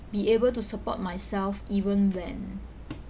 be able to support myself even when